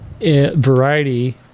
Variety